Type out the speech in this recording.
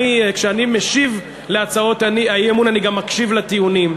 כשאני משיב על הצעות האי-אמון אני גם מקשיב לטיעונים,